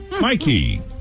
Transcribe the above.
Mikey